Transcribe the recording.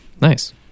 nice